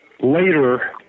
later